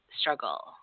struggle